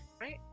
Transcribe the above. Right